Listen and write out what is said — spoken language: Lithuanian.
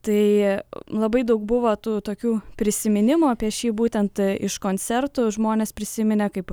tai labai daug buvo tų tokių prisiminimų apie šį būtent iš koncertų žmonės prisiminė kaip